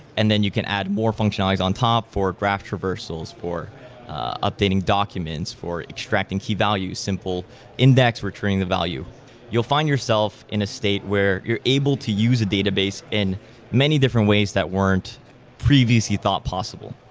and then you can add more functionalize on top for graph traversals for updating documents for extracting key-value simple index, returning the value you'll find yourself in a state where you're able to use a database in many different ways that weren't previously thought possible.